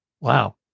Wow